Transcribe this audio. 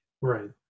right